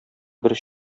бер